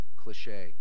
cliche